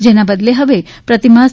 જેના બદલે હવે પ્રતિમાસ